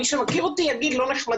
מי שמכיר אותי, יגיד שאני לא נחמדה.